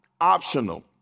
optional